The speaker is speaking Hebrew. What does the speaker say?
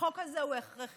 החוק הזה הוא הכרחי.